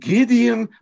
Gideon